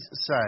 say